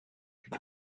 une